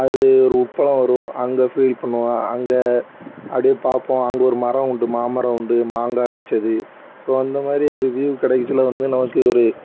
அது ஒரு உப்பளம் வரும் அங்கே ஃபீல் பண்ணுவோம் அங்கே அப்படியே பார்ப்போம் அங்கே ஒரு மரம் உண்டு மாமரம் உண்டு மாங்காய் அடிச்சது ஸோ அந்தமாதிரி ஒரு வீயூவ் கடைசியில வந்து நமக்கு ஒரு